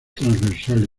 transversal